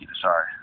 sorry